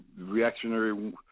reactionary